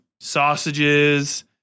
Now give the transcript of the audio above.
Sausages